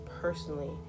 personally